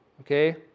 Okay